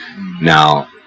Now